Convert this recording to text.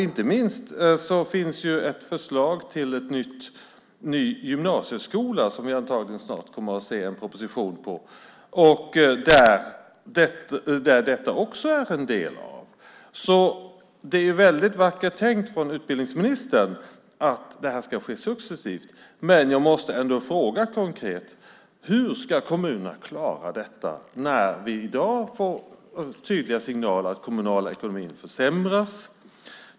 Inte minst finns ett förslag till ny gymnasieskola som vi antagligen snart kommer att se en proposition om. Detta är också en del av det. Det är väldigt vackert tänkt av utbildningsministern att det här ska ske successivt, men jag måste ändå fråga konkret: Hur ska kommunerna klara detta när vi i dag får tydliga signaler om att den kommunala ekonomin försämras?